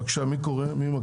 בבקשה, מי מקריא?